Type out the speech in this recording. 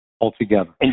altogether